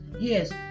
yes